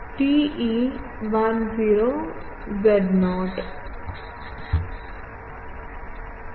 ഇതാണ് ഈ മോഡിനായുള്ള തരംഗം admittance beta TE10 Y0 by k0 ആണ്